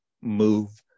move